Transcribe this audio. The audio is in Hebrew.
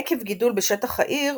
עקב גידול בשטח העיר,